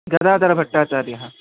गदाधरभट्टाचार्यः